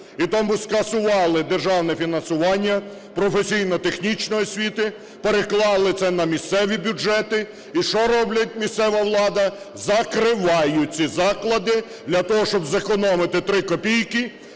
І тому скасували державне фінансування професійно-технічної освіти, переклали це на місцеві бюджети. І що робить місцева влада? Закривають ці заклади для того, щоб зекономити 3 копійки.